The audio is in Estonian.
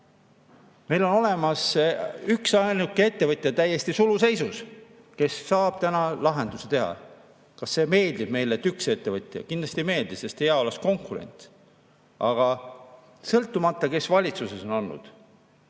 Meil on olemas üksainuke ettevõtja, täiesti suluseisus, kes saab täna lahendusi teha. Kas see meeldib meile, et üks ettevõtja? Kindlasti ei meeldi, sest hea oleks konkurents. Aga sõltumata sellest, kes valitsuses on olnud,